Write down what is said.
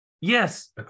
yes